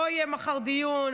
לא יהיה מחר דיון.